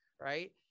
right